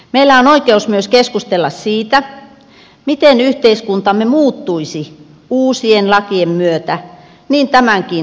meillä on oikeus myös keskustella siitä miten yhteiskuntamme muuttuisi uusien lakien myötä niin tämänkin ehdotuksen kohdalla